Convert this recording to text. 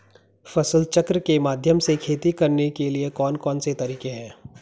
फसल चक्र के माध्यम से खेती करने के लिए कौन कौन से तरीके हैं?